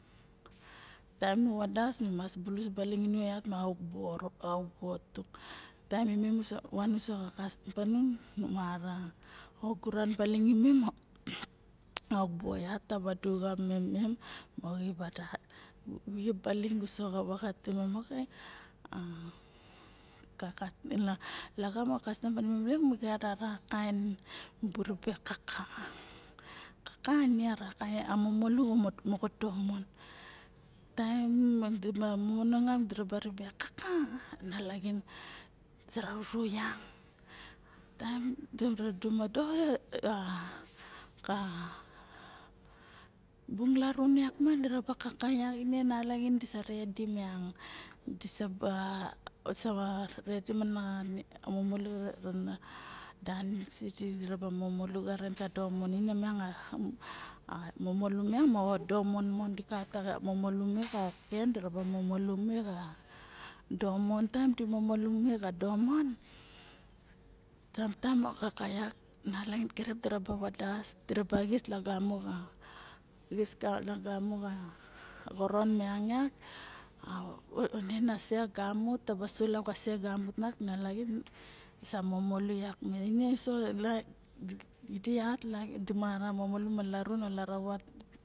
Taem nu vadas mi mas bulus baling inung yat ma uk bo tung taem imem mi van uso xa kastam tanung nu mara oguran baling imem auk bu yat taba duxuma mem moxo xip odas xip odas xip baling uso xa vaga timem, oke ka laxam ma kastam tanimem a balok mi gara kaen mibu ribe kaka, kaka ine a momolu moxo domon taem a di momongong yak diraba robe kaka nalaxin disa ru yak taem dira duma dot e, a bong larun yak diraba kaka nalaxin disa ru redy miang disa re dim anan momolu na danis si di moxo momolu xaren ka domon a momolu minag moxo domon mon dikaiot ka momolu me ka ken diaraba momolu me ya domon taem di momolu me xa domon ka taem a nalaxin kirip diraba xis na se gamut taba sulap ta se gamut ma nalaxin disa momolu ine sa laik moxo momolu larun, o, laravat